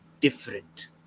different